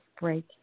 break